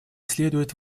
следует